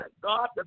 God